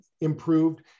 improved